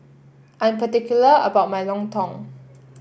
I am particular about my Lontong